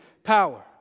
power